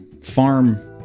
farm